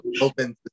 open